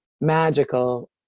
magical